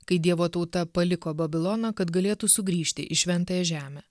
kai dievo tauta paliko babiloną kad galėtų sugrįžti į šventąją žemę